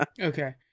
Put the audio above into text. Okay